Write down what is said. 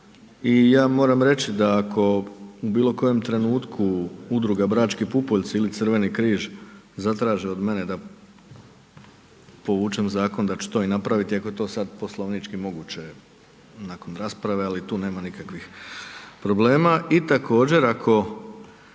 i ja moram reći da ako u bilokojem trenutku udruga Brački pupoljci ili Crveni križ zatraži od mene da povučem zakon, da ću to i napraviti iako je to sad poslovnički moguće nakon rasprave ali tu nema nikakvih problema i također ako